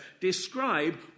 describe